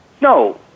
No